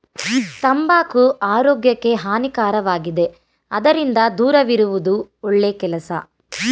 ತಂಬಾಕು ಆರೋಗ್ಯಕ್ಕೆ ಹಾನಿಕಾರಕವಾಗಿದೆ ಅದರಿಂದ ದೂರವಿರುವುದು ಒಳ್ಳೆ ಕೆಲಸ